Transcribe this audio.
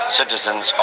citizens